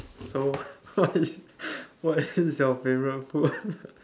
so what is your favourite food